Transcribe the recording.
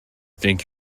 think